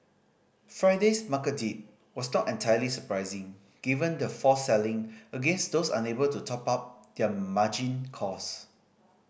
Friday's market dip was not entirely surprising given the forced selling against those unable to top up their margin calls